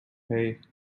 hey